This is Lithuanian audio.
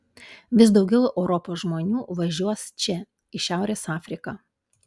vis daugiau europos žmonių važiuos čia į šiaurės afriką